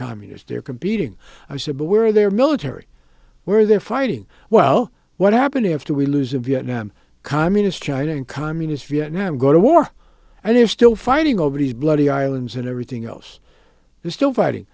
communists there competing i said where their military where they're fighting well what happened after we lose in viet nam communist china in communist vietnam go to war and they're still fighting over these bloody islands and everything else they're still fighting